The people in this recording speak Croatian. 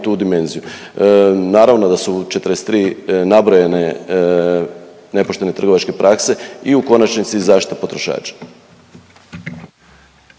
tu dimenziju. Naravno, da su 43 nabrojene nepoštene trgovačke prakse i u konačnici zaštita potrošača.